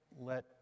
Let